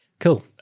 cool